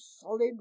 solid